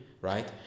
right